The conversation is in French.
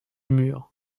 mur